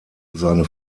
seine